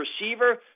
receiver